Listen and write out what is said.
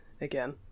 again